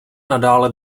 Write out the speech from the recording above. nadále